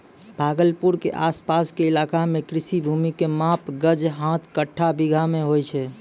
भागलपुर के आस पास के इलाका मॅ कृषि भूमि के माप गज, हाथ, कट्ठा, बीघा मॅ होय छै